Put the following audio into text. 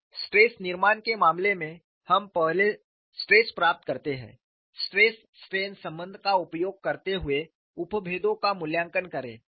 तो स्ट्रेस निर्माण के मामले में हम पहले स्ट्रेस प्राप्त करते हैंस्ट्रेस स्ट्रेन संबंध का उपयोग करते हुए उपभेदों का मूल्यांकन करें